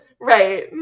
Right